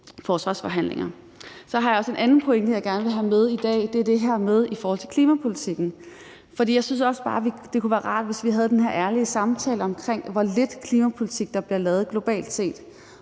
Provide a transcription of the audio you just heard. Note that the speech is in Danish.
forsvarsforhandlinger. Jeg har også en anden pointe, jeg gerne vil have med i dag, og det er i forhold til klimapolitikken. For jeg synes også, det kunne være rart, hvis vi havde den her ærlige samtale omkring, hvor lidt klimapolitik, der bliver lavet globalt set,